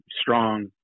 strong